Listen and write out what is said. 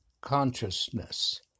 consciousness